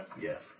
Yes